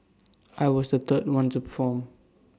I was the third one to perform